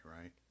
right